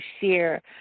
share